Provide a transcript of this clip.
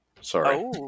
sorry